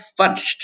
fudged